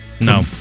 No